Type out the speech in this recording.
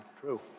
True